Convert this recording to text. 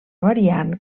variant